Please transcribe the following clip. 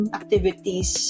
activities